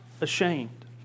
ashamed